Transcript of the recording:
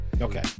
Okay